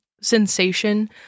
sensation